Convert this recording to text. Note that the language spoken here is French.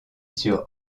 sur